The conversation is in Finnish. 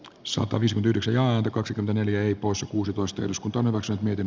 sabonis yhdeksän kaksikymmentäneljä y poissa kuusitoista eduskuntaan osa niiden